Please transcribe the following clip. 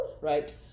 right